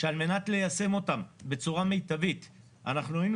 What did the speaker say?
שעל מנת ליישם אותם בצורה מיטבית היינו